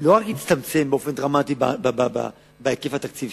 לא רק הצטמצם באופן דרמטי בהיקף התקציב,